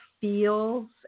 feels